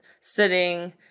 sitting